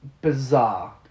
bizarre